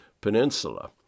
peninsula